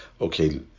okay